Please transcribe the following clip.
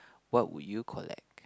what would you collect